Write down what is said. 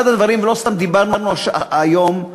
לא סתם דיברנו היום.